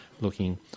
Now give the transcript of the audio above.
looking